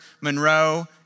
Monroe